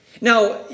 Now